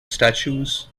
statues